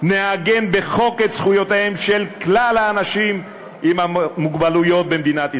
נעגן בחוק את זכויותיהם של כלל האנשים עם מוגבלויות במדינת ישראל.